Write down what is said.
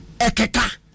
Ekeka